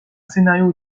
scénario